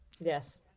Yes